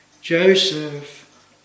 Joseph